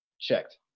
checked